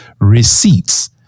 receipts